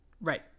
Right